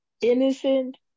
Innocent